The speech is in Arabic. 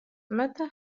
متى